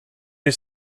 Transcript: you